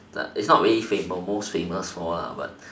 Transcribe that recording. that is not really most famous for lah but